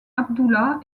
abdullah